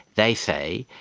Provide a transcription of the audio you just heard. they say,